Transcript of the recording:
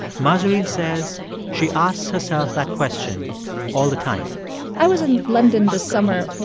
mahzarin says she asks herself that question all the time i was in london this summer,